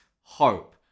hope